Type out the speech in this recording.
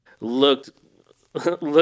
looked